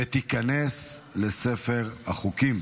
ותיכנס לספר החוקים.